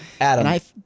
Adam